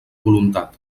voluntat